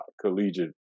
collegiate